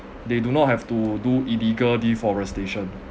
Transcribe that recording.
they do not have to do illegal deforestation